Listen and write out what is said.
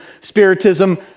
spiritism